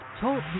Talk